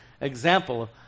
example